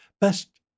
best